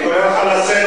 אני קורא אותך לסדר,